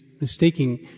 mistaking